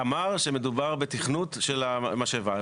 הוא אמר שמדובר בתכנות של המשאבה.